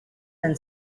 been